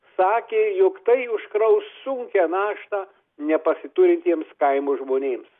sakė jog tai užkraus sunkią naštą nepasiturintiems kaimo žmonėms